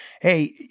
hey